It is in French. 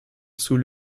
sous